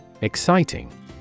Exciting